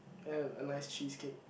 and a nice cheese cake